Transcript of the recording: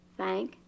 Thank